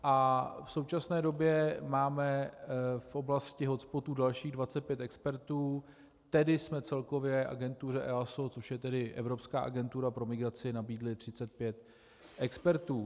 V současné době máme v oblasti hotspotů dalších 25 expertů, tedy jsme celkově agentuře EASO, což je Evropská agentura pro migraci, nabídli 35 expertů.